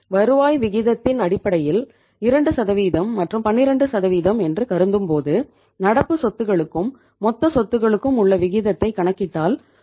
வருவாய் விகிதத்தின் அடிப்படையில் 2 மற்றும் 12 என்று கருதும்போது நடப்பு சொத்துகளுக்கும் மொத்த சொத்துகளுக்கும் உள்ள விகிதத்தை கணக்கிட்டால் 38